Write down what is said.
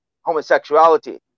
homosexuality